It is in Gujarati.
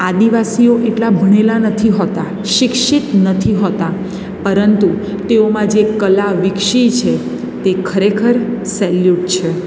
આદિવાસીઓ એટલા ભણેલા નથી હોતા શિક્ષિત નથી હોતા પરંતુ તેઓમાં જે કલા વિકસી છે તે ખરેખર સેલ્યુટ છે